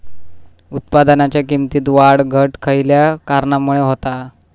उत्पादनाच्या किमतीत वाढ घट खयल्या कारणामुळे होता?